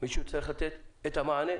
מישהו צריך לתת את המנה,